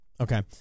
Okay